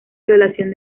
violación